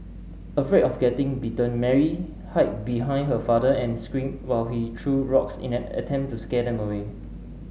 afraid of getting bitten Mary hid behind her father and screamed while he threw rocks in an attempt to scare them away